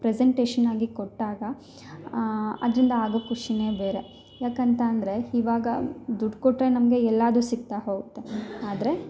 presentation ಆಗಿ ಕೊಟ್ಟಾಗ ಅದರಿಂದ ಆಗೋ ಖುಷಿನೇ ಬೇರೆ ಯಾಕಂತ ಅಂದರೆ ಇವಾಗ ದುಡ್ಡು ಕೊಟ್ಟು ನಮಗೆ ಎಲ್ಲಾದು ಸಿಗ್ತಾ ಹೋಗುತ್ತೆ ಆದರೆ